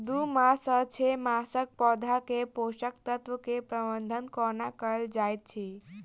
दू मास सँ छै मासक पौधा मे पोसक तत्त्व केँ प्रबंधन कोना कएल जाइत अछि?